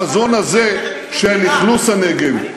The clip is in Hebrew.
החזון הזה של אכלוס הנגב,